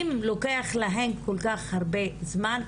אם לוקח להן כל כך הרבה זמן,